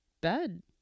bed